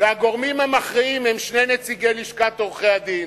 והגורמים המכריעים הם שני נציגי לשכת עורכי-הדין.